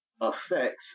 affects